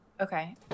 Okay